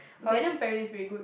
Venom Perry is pretty good